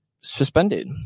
suspended